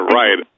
right